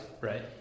right